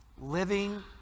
living